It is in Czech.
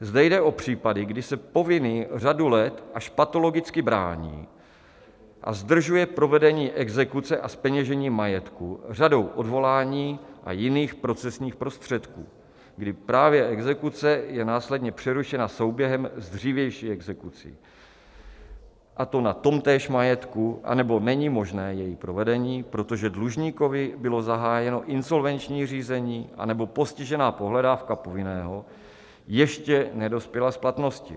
Zde jde o případy, kdy se povinný řadu let až patologicky brání a zdržuje provedení exekuce a zpeněžení majetku řadou odvolání a jiných procesních prostředků, kdy právě exekuce je následně přerušena souběhem s dřívější exekucí, a to na tomtéž majetku, anebo není možné její provedení, protože dlužníkovi bylo zahájeno insolvenční řízení anebo postižená pohledávka povinného ještě nedospěla k platnosti.